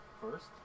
first